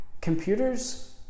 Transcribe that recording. computers